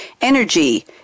Energy